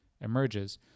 emerges